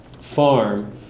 farm